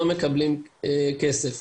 לא מקבלים כסף.